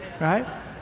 right